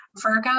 Virgo